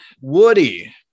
woody